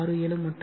67 மட்டுமே